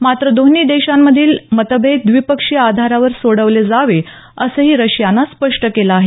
मात्र दोन्ही देशांतील मतभेद द्विपक्षीय आधारावर सोडवले जावे असंही रशियानं स्पष्ट केलं आहे